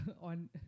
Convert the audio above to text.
on